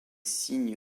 signe